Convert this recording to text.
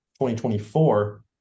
2024